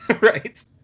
Right